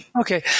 Okay